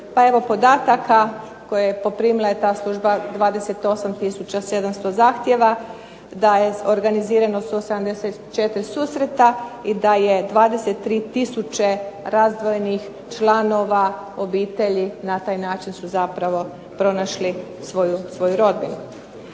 pa evo podataka, koje poprimila ta služba 28 tisuća 700 zahtjeva, da je organizirano 84 susreta i da je 23 tisuće razdvojenih članova obitelji na taj način su pronašli svoju rodbinu.